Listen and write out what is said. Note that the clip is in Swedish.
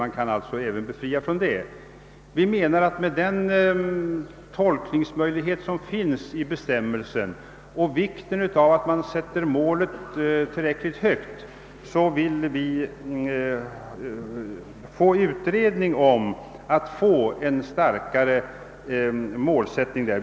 Med tanke på den tolkningsmöjlighet som inryms i bestämmelsen och med tanke på vikten av att målet sätts högt vill vi ha en utredning härom.